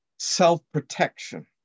self-protection